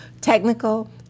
technical